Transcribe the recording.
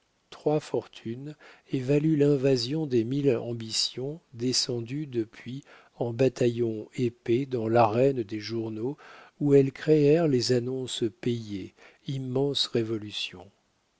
trois fortunes et valut l'invasion des mille ambitions descendues depuis en bataillons épais dans l'arène des journaux où elles créèrent les annonces payées immense révolution